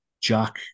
Jack